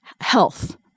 health